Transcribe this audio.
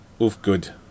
Oofgood